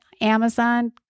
Amazon